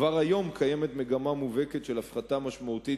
כבר היום קיימת מגמה מובהקת של הפחתה משמעותית